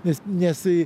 nes nes